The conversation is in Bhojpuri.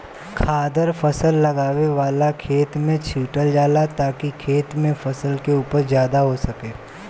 खादर फसल लगावे वाला खेत में छीटल जाला ताकि खेत में फसल के उपज ज्यादा हो सके